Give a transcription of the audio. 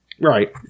Right